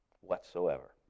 whatsoever